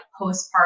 postpartum